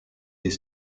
des